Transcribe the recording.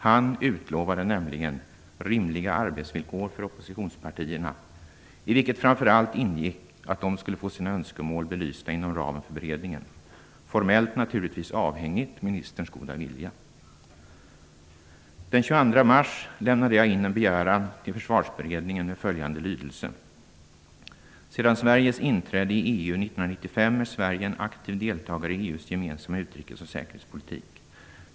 Han utlovade nämligen rimliga arbetsvillkor för oppositionspartierna, i vilka framför allt ingick att de skulle få sina önskemål belysta inom ramen för beredningen - formellt naturligtvis avhängigt ministerns goda vilja. Den 22 mars lämnade jag in en begäran till Försvarsberedningen med följande lydelse: "Sedan Sveriges inträde i EU 1995 är Sverige en aktiv deltagare i EUs gemensamma utrikes och säkerhetspolitik.